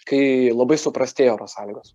kai labai suprastėja oro sąlygos